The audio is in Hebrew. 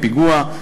פיגוע דקירה,